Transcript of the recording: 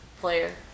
player